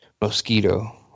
Mosquito